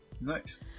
Nice